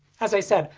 as i said,